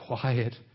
quiet